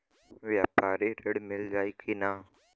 व्यापारी ऋण मिल जाई कि ना?